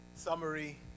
summary